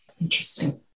Interesting